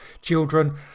children